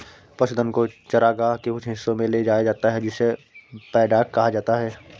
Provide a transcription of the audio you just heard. पशुधन को चरागाह के कुछ हिस्सों में ले जाया जाता है जिसे पैडॉक कहा जाता है